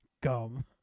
Gum